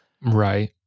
Right